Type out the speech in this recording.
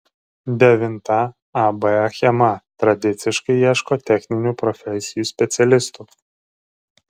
devinta ab achema tradiciškai ieško techninių profesijų specialistų